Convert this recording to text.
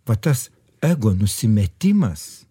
va tas ego nusimetimas